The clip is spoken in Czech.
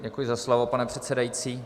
Děkuji za slovo, pane předsedající.